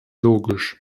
logisch